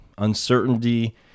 uncertainty